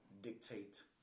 dictate